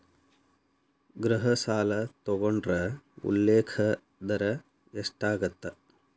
ಗೃಹ ಸಾಲ ತೊಗೊಂಡ್ರ ಉಲ್ಲೇಖ ದರ ಎಷ್ಟಾಗತ್ತ